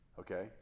okay